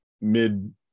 mid